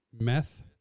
Meth